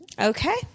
Okay